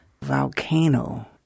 volcano